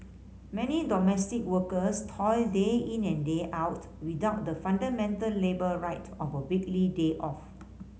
many domestic workers toil day in and day out without the fundamental labour right of a weekly day off